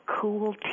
cool